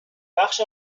بخش